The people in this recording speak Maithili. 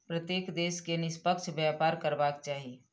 प्रत्येक देश के निष्पक्ष व्यापार करबाक चाही